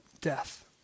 death